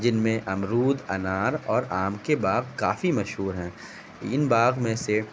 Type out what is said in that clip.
جن میں امرود انار اور آم کے باغ کافی مشہور ہیں ان باغ میں سے